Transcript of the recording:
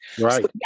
Right